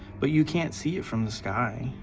but you can't see it from the sky.